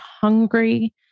hungry